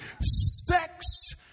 Sex